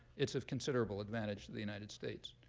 it's of considerable advantage to the united states.